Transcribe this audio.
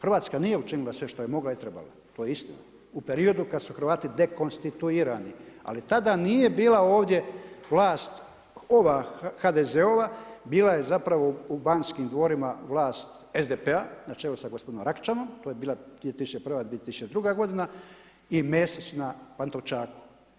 Hrvatska nije učinila sve što je mogla i trebala, to je istina, u periodu kad su Hrvati dekonstituirani, ali tada nije bila ovdje vlast ova HDZ-ova, bila je zapravo u Banskim dvorima vlast SDP-a na čelu sa gospodinom Račanom, to je bila 2001., 2002. godina i Mesić na Pantovčaku.